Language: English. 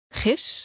gis